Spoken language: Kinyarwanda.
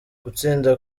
gutsinda